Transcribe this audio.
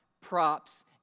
props